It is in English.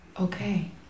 Okay